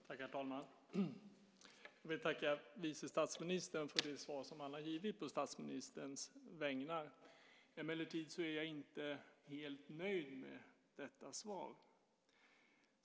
Herr talman! Jag vill tacka vice statsministern för det svar som han har givit på statsministerns vägnar. Emellertid är jag inte helt nöjd med detta svar.